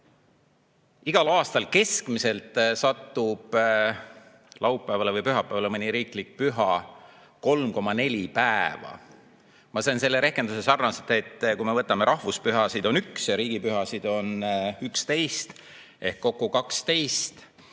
igal aastal keskmiselt satub laupäevale või pühapäevale mõni riiklik püha 3,4 päeval. Ma sain selle rehkenduse niimoodi. Kui me võtame, et rahvuspüha on üks ja riigipühasid on 11 ehk kokku on